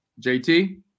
JT